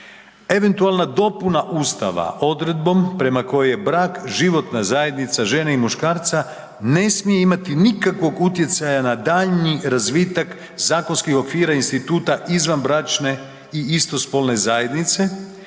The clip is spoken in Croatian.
eventualna dopuna ustava odredbom prema kojoj je brak životna zajednica žene i muškarca ne smije imati nikakvog utjecaja na daljnji razvitak zakonskih okvira i instituta izvanbračne i istospolne zajednice